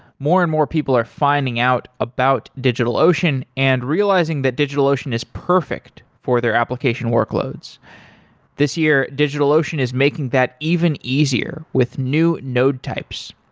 more and more, people are finding out about digitalocean and realizing that digitalocean is perfect for their application workloads this year, digitalocean is making that even easier with new node types.